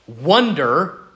wonder